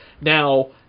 Now